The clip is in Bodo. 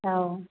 औ